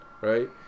right